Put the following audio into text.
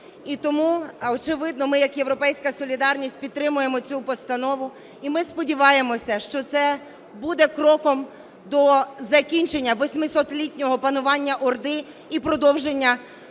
І тому очевидно, ми як "Європейська солідарність" підтримуємо цю постанову, і ми сподіваємося, що це буде кроком до закінчення 800-літнього панування орди і продовження